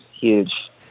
huge